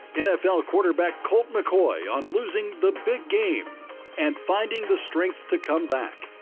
nfl quarterback colton mccoy on losing the big game and finding the strength to come back.